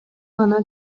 гана